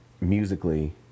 musically